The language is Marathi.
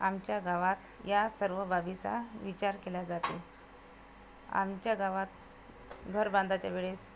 आमच्या गावात या सर्व बाबीचा विचार केला जातो आमच्या गावात घर बांधायच्या वेळेस